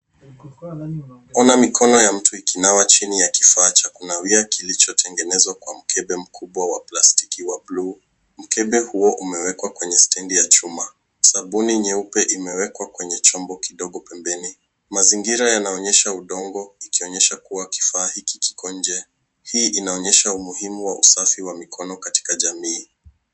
Kuna mikono ya mtu ikinawa chini ya kifaa cha kunawia kilichotengenzwa kwa mkebe mkubwa wa plastiki wa buluu. Mkebe huo umewekwa kwenye stendi ya chuma. Sabuni nyeupe imewekwa kwenye chombo kidogo pembeni. Mazingira yanaonyeshaudongo ikionyesha kuwa kifaa hiki kiko nje. Hii inaonyesha umuhimu wa usafi wa mikono katika jamii.